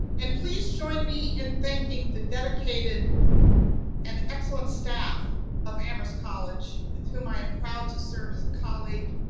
and please join me in thanking the dedicated and excellent staff of amherst college, with whom i am proud to serve as colleague,